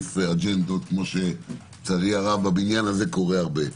כפי שלצערי הרב בבניין הזה קורה הרבה.